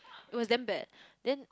it was damn bad then